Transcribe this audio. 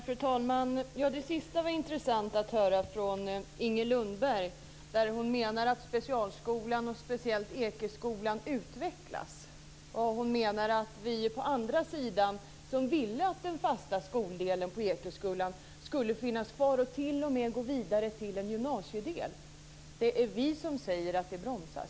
Fru talman! Det sista var intressant att höra från Inger Lundberg. Hon menar att specialskolan och speciellt Ekeskolan utvecklas och att det är vi på andra sidan, som ville att den fasta skoldelen på Ekeskolan skulle finnas kvar och t.o.m. gå vidare till en gymnasiedel, som bromsar.